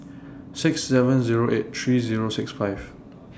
six seven Zero eight three Zero six five